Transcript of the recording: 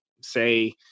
say